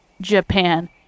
japan